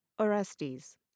Orestes